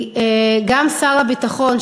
גם שר הביטחון,